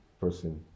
person